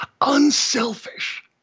unselfish